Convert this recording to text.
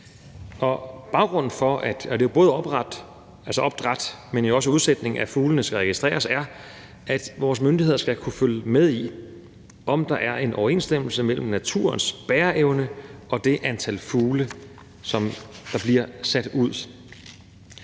og baggrunden for, at både opdrættet og udsætningen af fugle skal registreres, er, at vores myndigheder skal kunne følge med i, om der er en overensstemmelse mellem naturens bæreevne og det antal fugle, der bliver sat ud,